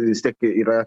vis tiek yra